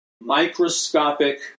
microscopic